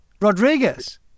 Rodriguez